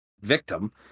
victim